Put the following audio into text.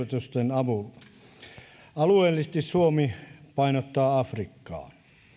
avulla alueellisesti suomi painottaa afrikkaa